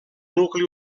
nucli